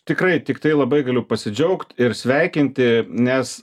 tikrai tiktai labai galiu pasidžiaugt ir sveikinti nes